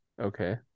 okay